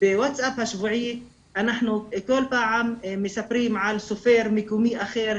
ובווטסאפ השבועי אנחנו כל פעם מספרים על סופר מקומי אחר,